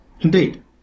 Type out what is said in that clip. indeed